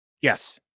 Yes